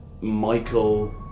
Michael